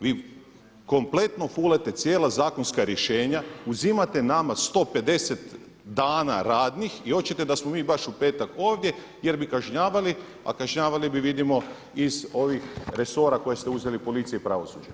Vi kompletno fulate cijela zakonska rješenja, uzimate nama 150 dana radnih i oćete da smo mi baš u petak ovdje jer bi kažnjavali, a kažnjavali bi vidimo iz ovih resora koje ste uzeli policiji i pravosuđu.